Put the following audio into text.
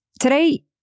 today